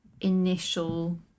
initial